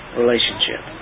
relationship